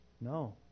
No